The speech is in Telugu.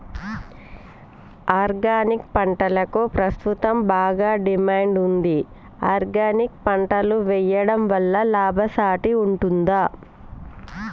ఆర్గానిక్ పంటలకు ప్రస్తుతం బాగా డిమాండ్ ఉంది ఆర్గానిక్ పంటలు వేయడం వల్ల లాభసాటి ఉంటుందా?